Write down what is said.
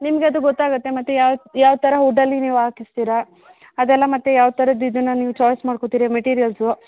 ನಿಮ್ಗೆ ಅದು ಗೊತ್ತಾಗುತ್ತೆ ಮತ್ತು ಯಾವ ಯಾವ ಥರ ವುಡ್ಡಲ್ಲಿ ನೀವು ಹಾಕಿಸ್ತೀರ ಅದೆಲ್ಲ ಮತ್ತು ಯಾವ ಥರದ್ದು ಇದನ್ನ ನೀವು ಚಾಯ್ಸ್ ಮಾಡ್ಕೋತೀರಿ ಮೆಟೀರಿಯಲ್ಸು